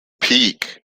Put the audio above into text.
peak